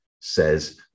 says